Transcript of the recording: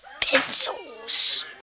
pencils